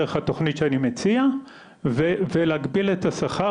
דרך התוכנית שאני מציע ולהגביל את השכר,